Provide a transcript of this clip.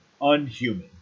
unhuman